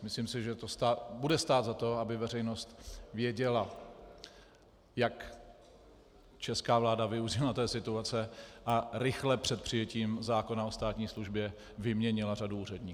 Myslím si, že to bude stát za to, aby veřejnost věděla, jak česká vláda využila té situace a rychle před přijetím zákona o státní službě vyměnila řadu úředníků.